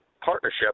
partnership